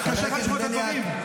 קשה לך לשמוע את הדברים?